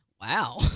Wow